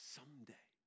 Someday